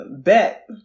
Bet